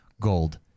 gold